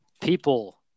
people